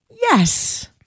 Yes